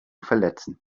verletzen